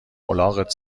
الاغت